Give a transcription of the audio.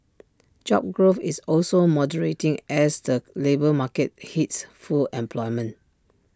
job growth is also moderating as the labour market hits full employment